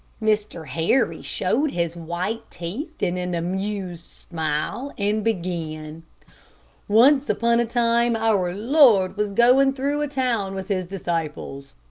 mr. harry showed his white teeth in an amused smile, and began once upon a time our lord was going through a town with his disciples.